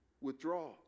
withdraw